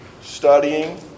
studying